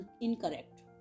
incorrect